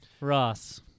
Ross